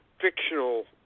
fictional